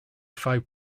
five